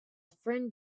friend